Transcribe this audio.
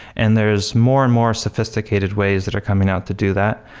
and there is more and more sophisticated ways that are coming out to do that.